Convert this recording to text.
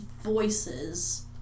voices